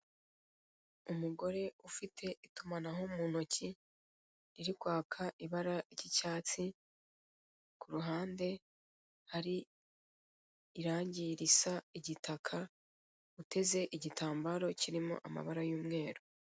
Umugore ufite itumanaho mu ntoki riri kwaka icyatsi ku ruhande hari irange risa igitaka uteze igitambaro kirimo amabara y'umweru.